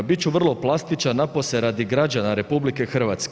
Bit ću vrlo plastičan napose radi građana RH.